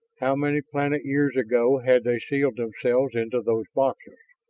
how many planet years ago had they sealed themselves into those boxes?